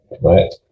Right